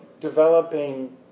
developing